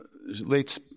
late